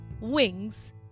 wings